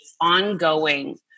ongoing